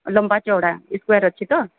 ଲମ୍ବା ଚଉଡ଼ା ସ୍କୋୟାର୍ ଅଛି ତ